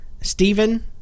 Stephen